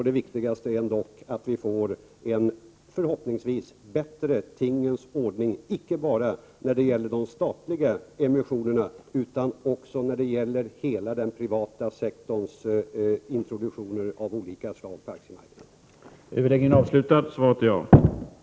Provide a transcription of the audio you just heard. Det viktiga är dock att vi får en förhoppningsvis bättre tingens ordning, icke bara när det gäller de statliga emissionerna utan också när det gäller hela den privata sektorns introduktioner av olika slag på aktiemarknaden.